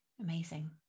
Amazing